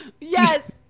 Yes